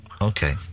okay